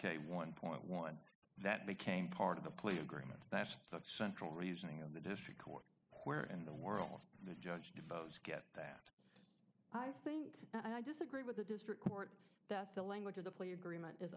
k one point one that became part of the plea agreement that's the central reasoning of the district court where in the world the judge devotes get that i think i disagree with the district court that the language of the plea agreement is